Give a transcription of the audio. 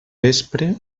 vespre